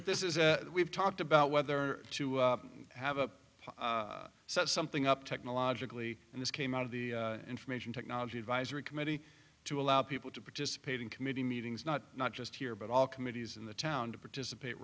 this is that we've talked about whether to have a set something up technologically and this came out of the information technology advisory committee to allow people to participate in committee meetings not not just here but all committees in the town to participate